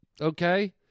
okay